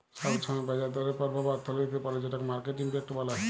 ছব ছময় বাজার দরের পরভাব অথ্থলিতিতে পড়ে যেটকে মার্কেট ইম্প্যাক্ট ব্যলে